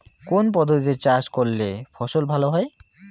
কোন পদ্ধতিতে চাষ করলে ফসল ভালো হয়?